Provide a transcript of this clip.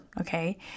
Okay